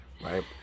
right